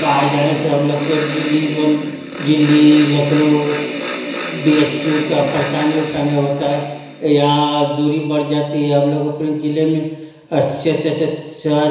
बाहर जाने से हम लोग का दिल्ली बम Delhi Lucknow B H U तक परेशानी उठाने होता है या दूरी बढ़ जाती है हम लोग अपने ज़िले में अच्छे अच्छे से स्वास्थ